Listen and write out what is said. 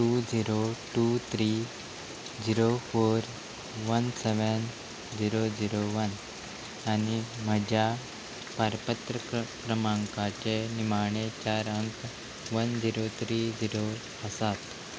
two zero two three zero four one seven zero zero one आनी म्हज्या पारपत्र क्रमांकाचे निमाणे चार अंक वन झिरो त्री झिरो आसात